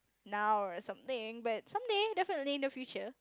now or something but someday definitely in the future